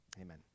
amen